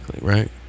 right